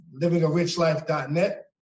livingarichlife.net